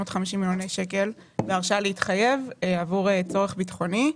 מיליוני שקלים בהרשאה להתחייב עבור צורך ביטחוני.